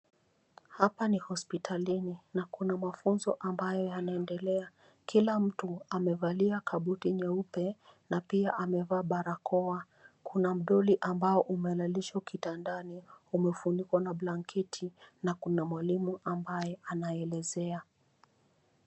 Hapa ni hospitalini na kuna mafunzo ambayo yanaendelea. Kila mtu amevalia kabuti nyeupe na pia amevaa barakoa. Kuna mdoli ambao umelalishwa kitandani, umefunikwa na blanketi na kuna mwalimu ambaye anaelezea.